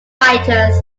fighters